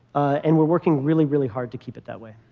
and we're working really, really hard to keep it that way.